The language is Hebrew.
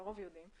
הרוב יודעים,